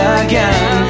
again